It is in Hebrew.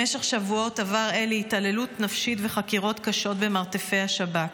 במשך שבועות עבר אלי התעללות נפשית וחקירות קשות במרתפי השב"כ.